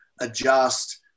adjust